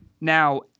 Now